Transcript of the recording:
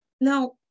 Now